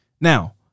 Now